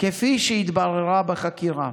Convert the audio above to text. כפי שהתבררה בחקירה.